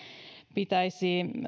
pitäisi